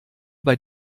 bei